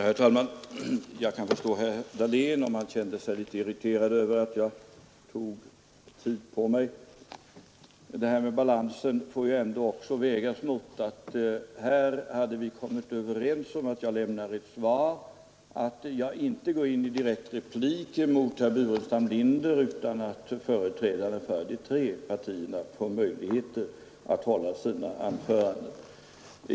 Herr talman! Jag kan förstå att herr Dahlén kände sig irriterad över att jag tog tid på mig. Men balansen får också vägas mot att vi hade kommit överens om att jag skulle lämna ett svar och att jag inte direkt skulle gå in i replikväxling med herr Burenstam Linder utan att företrädarna för de tre partierna först skulle få möjlighet att hålla sina anföranden.